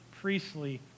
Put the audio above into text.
priestly